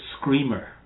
screamer